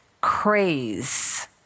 craze